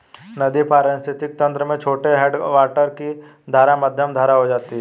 नदी पारिस्थितिक तंत्र में छोटे हैडवाटर की धारा मध्यम धारा हो जाती है